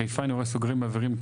בחיפה אני רואה סוגרים, מעבירים.